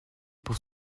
pour